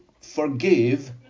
forgive